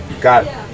got